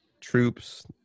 troops